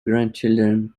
grandchildren